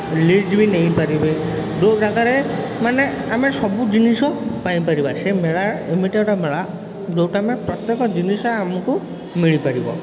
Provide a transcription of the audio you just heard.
lease ବି ନେଇପାରିବେ ଯେଉଁ ଜାଗାରେ ମାନେ ଆମେ ସବୁ ଜିନିଷ ପାଇପାରିବା ସେ ମେଳା ଏମିତି ଏକ ମେଳା ଯେଉଁଠି ଆମେ ପ୍ରତ୍ୟେକ ଜିନିଷ ଆମକୁ ମିଳିପାରିବ